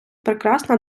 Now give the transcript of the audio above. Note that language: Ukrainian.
прекрасна